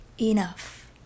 enough